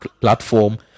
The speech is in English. platform